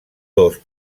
dos